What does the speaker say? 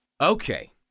Okay